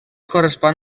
correspon